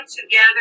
together